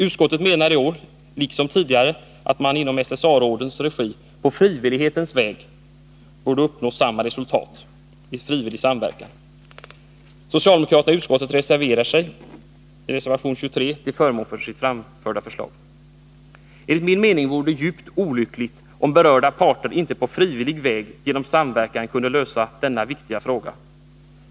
Utskottet menar i år liksom tidigare att man i SSA-rådens regi på frivillighetens väg borde uppnå samma resultat genom samverkan. Socialdemokraterna i utskottet reserverar sig i reservation nr 23 till förmån för sitt framförda förslag. Enligt min mening vore det djupt olyckligt om berörda parter inte på frivillig väg genom samverkan kunde lösa denna viktiga fråga.